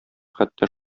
хәтта